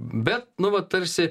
bet nu vat tarsi